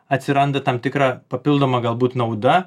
atsiranda tam tikra papildoma galbūt nauda